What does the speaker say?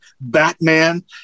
batman